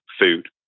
food